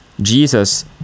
Jesus